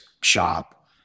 shop